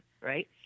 right